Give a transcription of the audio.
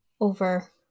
over